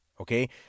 Okay